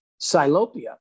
Silopia